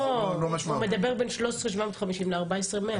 לא, הוא מדבר בין 13,750 ל-14,100.